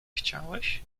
chciałeś